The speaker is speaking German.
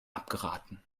abgeraten